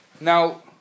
Now